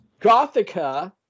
Gothica